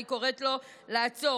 אני קוראת לו לעצור.